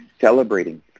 celebrating